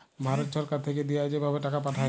ভারত ছরকার থ্যাইকে দিঁয়া যে ভাবে টাকা পাঠায়